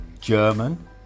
German